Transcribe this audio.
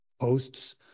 posts